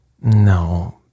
No